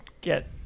get